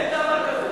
אין דבר כזה.